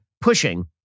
pushing